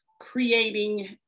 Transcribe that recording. creating